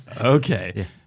Okay